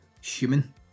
Human